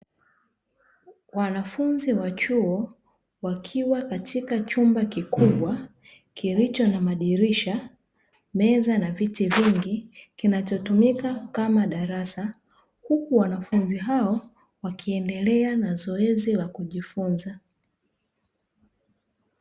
Wanafunzi wa chuo wakiwa katika chumba kikubwa kilicho na madirisha meza na viti vingi kinacho tumika kama darasa huku wanafunzi hao wakiendelea na zoezi la kujifunza.